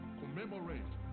commemorate